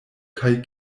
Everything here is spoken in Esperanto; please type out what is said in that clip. kaj